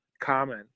common